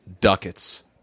Ducats